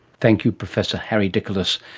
thank you professor harry diculus.